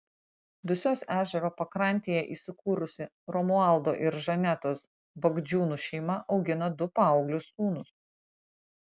dusios ežero pakrantėje įsikūrusi romualdo ir žanetos bagdžiūnų šeima augina du paauglius sūnus